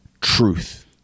truth